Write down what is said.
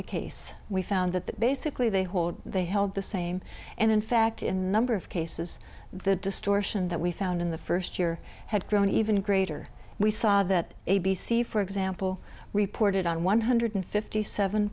the case we found that basically they hold they held the same and in fact in number of cases the distortion that we found in the first year had grown even greater we saw that a b c for example reported on one hundred fifty seven